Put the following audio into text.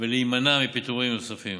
ולהימנע מפיטורים נוספים.